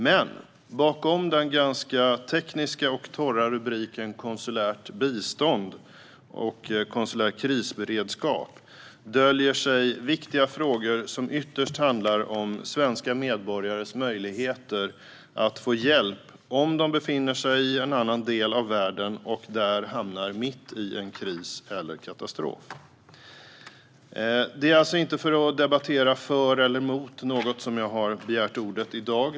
Men bakom den ganska tekniska och torra rubriken Konsulär krisberedskap döljer sig viktiga frågor som ytterst handlar om svenska medborgares möjligheter att få hjälp om de befinner sig i en annan del av världen och där hamnar mitt i en kris eller en katastrof. Herr talman! Det är inte för att debattera för eller mot något som jag begärt ordet i dag.